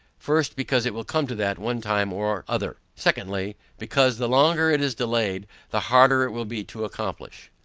first, because it will come to that one time or other. secondly, because, the longer it is delayed the harder it will be to accomplish.